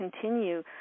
continue